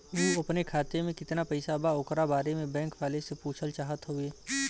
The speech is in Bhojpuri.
उ अपने खाते में कितना पैसा बा ओकरा बारे में बैंक वालें से पुछल चाहत हवे?